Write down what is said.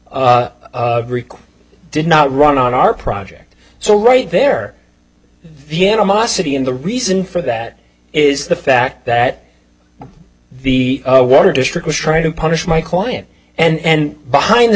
requests did not run on our project so right there the animosity and the reason for that is the fact that the water district was trying to punish my client and behind the